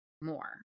more